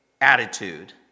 attitude